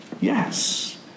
Yes